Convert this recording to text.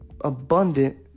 abundant